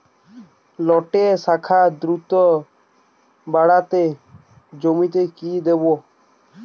লটে শাখ দ্রুত বাড়াতে জমিতে কি দেবো?